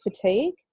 fatigue